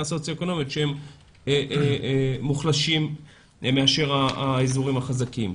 סוציואקונומית שהם מוחלשים מאשר האזורים החזקים.